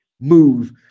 move